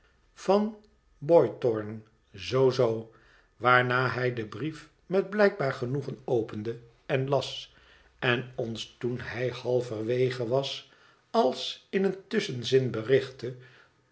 van boythorn zoo zoo waarna hij den brief met blijkbaar genoegen opende en las en ons toen hij halverwege was als in een tusschenzin berichtte